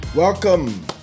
Welcome